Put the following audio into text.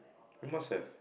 you must have